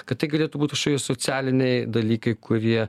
kad tai galėtų būt kažkokie socialiniai dalykai kurie